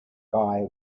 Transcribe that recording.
guy